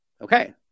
Okay